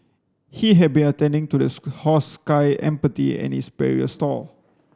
he had been attending to the horse Sky Empathy in its barrier stall